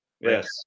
Yes